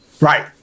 right